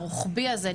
הרוחבי הזה,